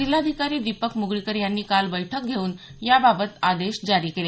जिल्हाधिकारी दीपक म्गळीकर यांनी काल बैठक घेऊन याबाबत आदेश जारी केले